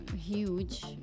huge